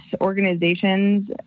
organizations